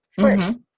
first